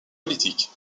politique